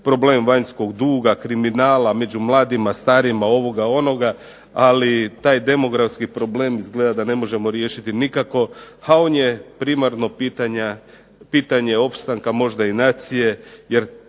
problem vanjskog duga, kriminala među mladima, starima, ovoga, onoga. Ali taj demografski problem izgleda da ne možemo riješiti nikako, a on je primarno pitanje opstanka možda i nacije.